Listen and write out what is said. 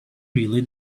really